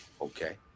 okay